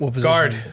guard